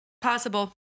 Possible